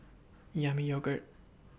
Yami Yogurt